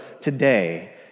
today